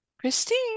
Christine